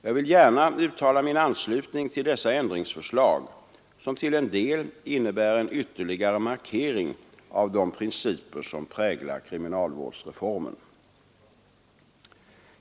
Jag vill gärna uttala min anslutning till dessa ändringsförslag, som till en del innebär en ytterligare markering av de principer som präglar kriminalvårdsreformen.